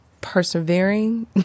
persevering